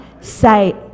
say